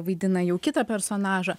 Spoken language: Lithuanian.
vaidina jau kitą personažą